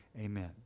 Amen